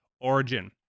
Origin